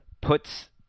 puts